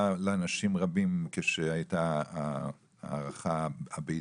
לאנשים רבים כשהייתה ההערכה הביתית.